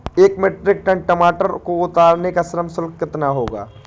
एक metric tonne टमाटर को उतारने का श्रम शुल्क कितना होगा?